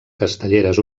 castelleres